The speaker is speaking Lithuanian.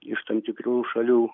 iš tam tikrų šalių